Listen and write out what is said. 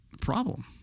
problem